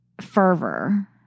fervor